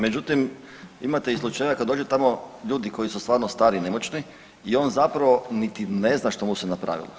Međutim, imate i slučajeva kad dođe tamo, ljudi koji su stvarno stari i nemoćni i on zapravo niti ne zna šta mu se napravilo.